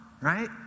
right